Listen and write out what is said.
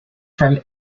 from